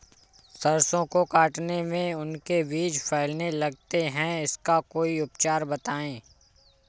सरसो को काटने में उनके बीज फैलने लगते हैं इसका कोई उपचार बताएं?